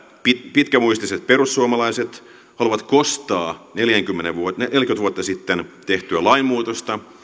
pitkämuistiset perussuomalaiset haluavat kostaa neljäkymmentä vuotta vuotta sitten tehtyä lainmuutosta